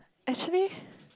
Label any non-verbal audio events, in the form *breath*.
actually *breath*